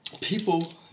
people